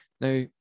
Now